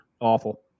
awful